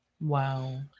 Wow